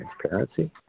transparency